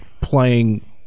playing